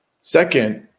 Second